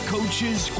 Coaches